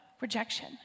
rejection